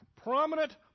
Prominent